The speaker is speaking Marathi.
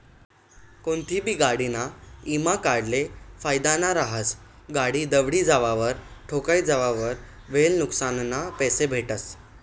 कोनतीबी गाडीना ईमा काढेल फायदाना रहास, गाडी दवडी जावावर, ठोकाई जावावर व्हयेल नुक्सानना पैसा भेटतस